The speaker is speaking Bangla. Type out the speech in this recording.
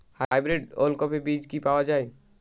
হাইব্রিড ওলকফি বীজ কি পাওয়া য়ায়?